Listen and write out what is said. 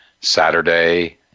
Saturday